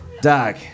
Doug